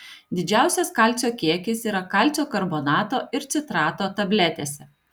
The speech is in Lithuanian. didžiausias kalcio kiekis yra kalcio karbonato ir citrato tabletėse